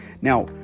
Now